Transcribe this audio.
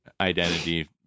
identity